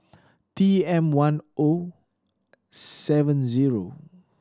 T M One O seven zero